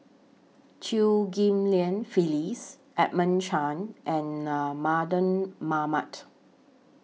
Chew Ghim Lian Phyllis Edmund Chen and Mardan Mamat